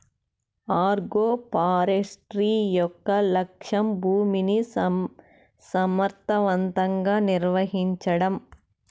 agroforestry యొక్క లక్ష్యం భూమిని సమర్ధవంతంగా నిర్వహించడం